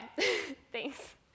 thanks